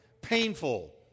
painful